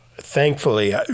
thankfully